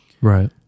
right